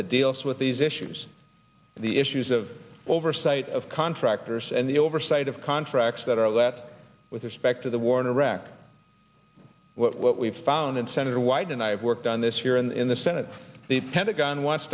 that deals with these issues the issues of oversight of contractors and the oversight of contracts that are let with respect to the war in iraq what we've found and senator wyden and i have worked on this here in the senate the pentagon wants